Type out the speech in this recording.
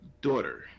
daughter